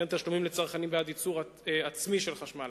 וכן תשלומים לצרכנים בעד ייצור עצמי של חשמל.